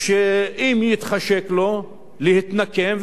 ואם יתחשק לו להתנקם,